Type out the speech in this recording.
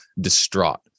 distraught